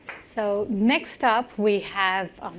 so next up we have